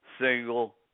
single